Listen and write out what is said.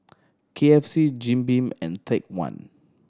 K F C Jim Beam and Take One